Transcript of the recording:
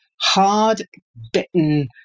hard-bitten